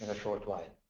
ah short while.